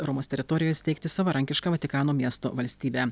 romos teritorijoje steigti savarankišką vatikano miesto valstybę